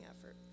effort